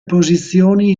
posizioni